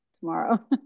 tomorrow